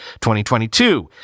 2022